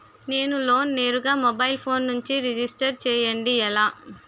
నేను లోన్ నేరుగా mobile phone నుంచి రిజిస్టర్ చేయండి ఎలా?